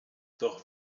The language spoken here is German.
doch